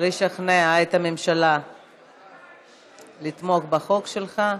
לשכנע את הממשלה לתמוך בחוק שלך.